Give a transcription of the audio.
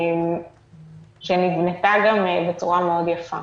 שגם נבנתה בצורה מאוד יפה,